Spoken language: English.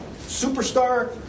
Superstar